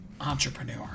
Entrepreneur